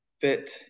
fit